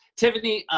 tiffany,